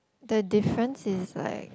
the difference is like